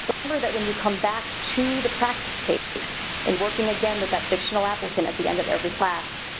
remember that when you come back to the practice case and working again with that fictional applicant at the end of every class.